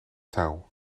touw